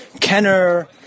Kenner